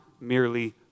merely